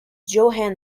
johann